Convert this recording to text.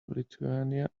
lithuania